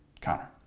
Connor